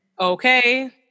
okay